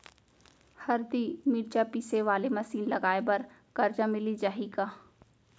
हरदी, मिरचा पीसे वाले मशीन लगाए बर करजा मिलिस जाही का?